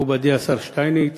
מכובדי השר שטייניץ,